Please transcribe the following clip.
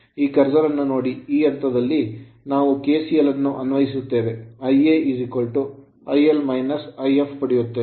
E cursor ಅನ್ನು ನೋಡಿ ಈ ಹಂತದಲ್ಲಿ ನಾವು KCL ಅನ್ನು ಅನ್ವಯಿಸುತ್ತೇವೆ Ia IL If ಪಡೆಯುತ್ತೇವೆ